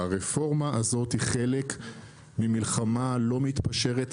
הרפורמה הזאת היא חלק ממלחמה לא מתפשרת,